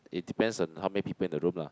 it depends on how many people in the room lah